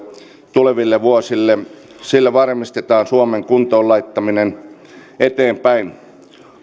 tuleville vuosille sillä varmistetaan suomen kuntoon laittaminen eteenpäin